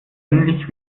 ähnlich